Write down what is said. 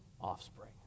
offspring